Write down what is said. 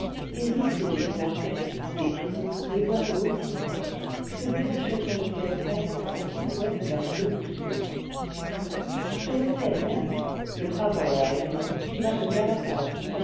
hérissées de minarets les tours les bois de hauts cyprès se détachaient sur le ciel clair en silhouettes d'un bleu plus sombre sur le ciel même le tramway aérien qui va de galata